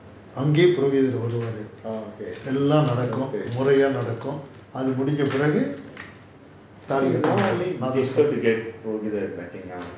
அங்கேயே புரோகிதர்கள் வருவாரு எல்லாம் நாடாகும் முறையை நடக்கும் அது முடிஞ்சா பிறகு தாலி கட்டுவாங்க:angayae progithargal varuvaaru ellaam nadakum muraya nadakum athu mudinja piragu thaali katuvaanga